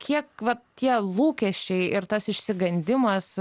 kiek va tie lūkesčiai ir tas išsigandimas